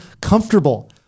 comfortable